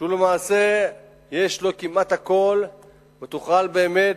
למעשה יש לו כמעט הכול ותוכל באמת